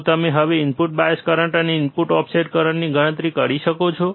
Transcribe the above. શું તમે હવે ઇનપુટ બાયસ કરંટ અને ઇનપુટ ઓફસેટ કરંટની ગણતરી કરી શકો છો